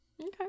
Okay